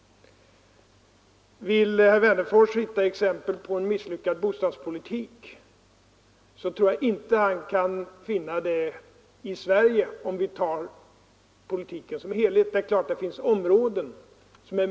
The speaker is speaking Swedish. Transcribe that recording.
Vill herr Wennerfors anföra exempel på en i sin helhet misslyckad bostadspolitik, tror jag inte att han kan finna ett sådant i Sverige, även om det självfallet finns områden med en mindre lycklig utformning av bostadsmarknaden.